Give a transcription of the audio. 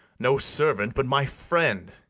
no servant, but my friend!